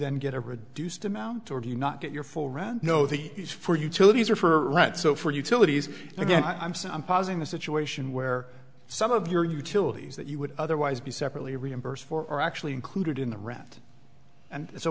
then get a reduced amount or do you not get your full rent no these for you till these are for rent so for utilities again i'm sorry i'm positing a situation where some of your utilities that you would otherwise be separately reimbursed for are actually included in the rent and so